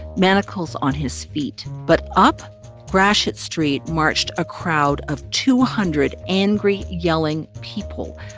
manacles on his feet. but up gratiot street marched a crowd of two hundred angry, yelling people,